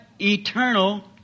eternal